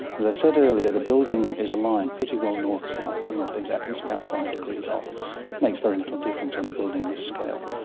as i said earlier, the building is aligned pretty well north-south, almost exactly, it's about five degrees off, it makes very little difference on a building this scale.